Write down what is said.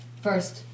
First